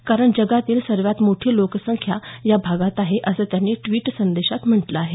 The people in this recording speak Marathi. कारण जगातली सगळ्यात मोठी लोकसंख्या या भागात आहे असं त्यांनी ट्विट संदेशात म्हटले आहे